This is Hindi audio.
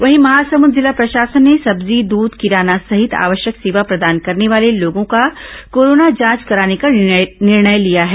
वहीं महासमुंद जिला प्रशासन ने सब्जी दूध किराना सहित आवश्यक सेवा प्रदान करने वाले लोगों का कोरोना जांच कराने का निर्णय लिया है